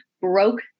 broke